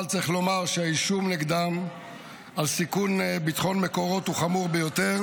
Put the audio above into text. אבל צריך לומר שהאישום נגדם על סיכון ביטחון מקורות הוא חמור ביותר.